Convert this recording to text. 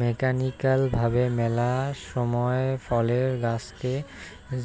mechanical ভাবে মেলা সময় ফলের গাছকে